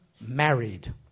married